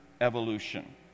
evolution